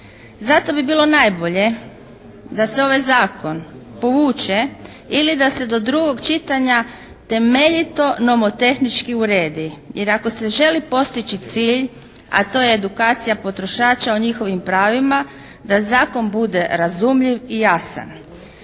Zato bi bilo najbolje da se ovaj zakon povuče ili da se do drugog čitanja temeljito nomotehnički uredi, jer ako se želi postići cilj a to je edukacija potrošača o njihovim pravima da zakon bude razumljiv i jasan.